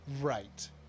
Right